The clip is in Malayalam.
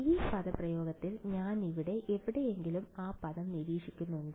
ഈ പദപ്രയോഗത്തിൽ ഞാൻ ഇവിടെ എവിടെയെങ്കിലും ആ പദം നിരീക്ഷിക്കുന്നുണ്ടോ